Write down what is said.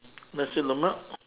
nasi lemak